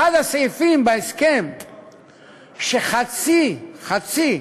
אחד הסעיפים בהסכם הוא שחצי, חצי,